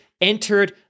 entered